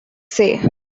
say